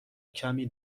کمی